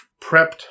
prepped